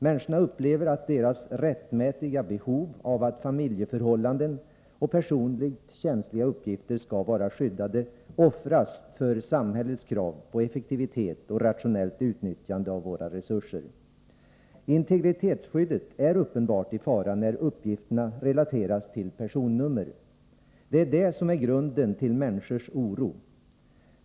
Människorna upplever att deras rättmätiga behov av att familjeförhållanden och personligt känsliga uppgifter skall vara skyddade offras för samhällets krav på effektivitet och rationellt utnyttjande av våra resurser. Integritetsskyddet är uppenbart i fara när uppgifterna relateras till personnummer. Det är detta som är grunden till människors oro.